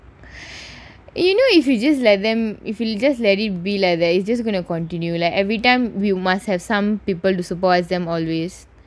you know if you just let them if you just let it be like that it's just going to continue like everytime we must have some people to supervise them always